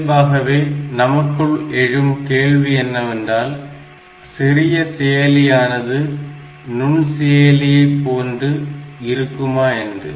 இயல்பாகவே நமக்குள் எழும் கேள்வி என்னவென்றால் சிறிய செயலியானது நுண்செயலியை போன்று இருக்குமா என்று